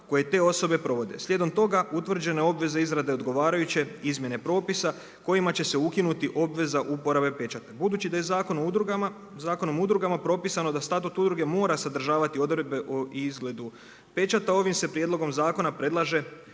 koje te osobe provode. Slijedom toga utvrđene obveze izrade odgovarajuće izmjene propisa kojima će se ukinuti obveza uporabe pečata. Budući da je Zakonom o udrugama propisano da statut udruge mora sadržavati odredbe o izgledu pečata ovim se prijedlogom zakona predlaže